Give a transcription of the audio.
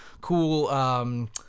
cool